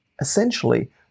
essentially